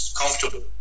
comfortable